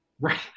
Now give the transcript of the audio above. Right